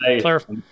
clarify